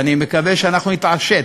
ואני מקווה שאנחנו נתעשת,